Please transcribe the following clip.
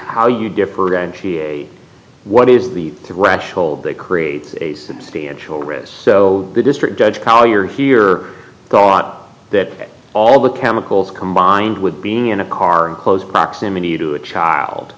how you differentiate what is the threshold that creates a substantial risk so the district judge collier here go out that all the chemicals combined with being in a car close proximity to a child